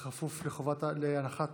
בכפוף להנחה